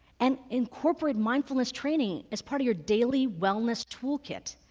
and incorporate mindfulness training as part of your daily wellness toolkit,